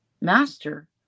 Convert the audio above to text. master